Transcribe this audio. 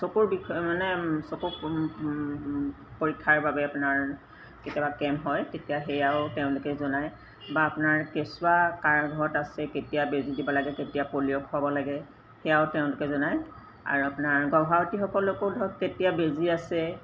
চকুৰ বিষয়ে মানে চকু পৰীক্ষাৰ বাবে আপোনাৰ কেতিয়াবা কেম্প হয় তেতিয়া সেয়াও তেওঁলোকে জনায় বা আপোনাৰ কেঁচুৱা কাৰ ঘৰত আছে কেতিয়া বেজি দিব লাগে কেতিয়া পলিঅ' খোৱাব লাগে সেয়াও তেওঁলোকে জনায় আৰু আপোনাৰ গৰ্ভৱতিসকলকো ধৰক কেতিয়া বেজি আছে